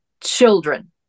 children